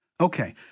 Okay